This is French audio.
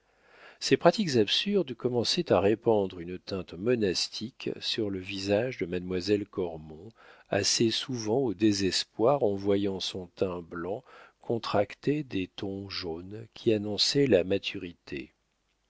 ces pratiques absurdes commençaient à répandre une teinte monastique sur le visage de mademoiselle cormon assez souvent au désespoir en voyant son teint blanc contracter des tons jaunes qui annonçaient la maturité